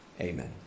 Amen